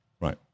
Right